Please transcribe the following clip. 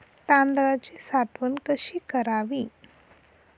तांदळाची साठवण कशी करावी?